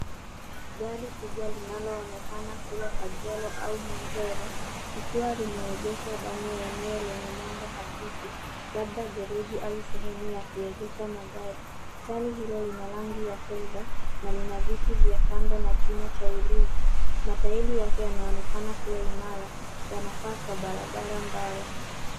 Gari kubwa linaloonekana kuwa Pajero au Montero , likiwa limeegeshwa ndani ya eneo lenye mwanga hafifu, labda garage au sehemu ya kuegesha magari. Gari hilo lina rangi ya fedha na lina viti vya kando na kima cha ulinzi. Matairi yake yanaonekana kuwa imara, yanafaa kwa barabara mbaya.